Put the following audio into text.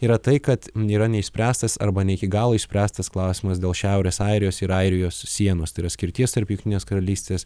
yra tai kad nėra neišspręstas arba ne iki galo išspręstas klausimas dėl šiaurės airijos ir airijos sienos tai yra skirties tarp jungtinės karalystės